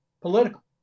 political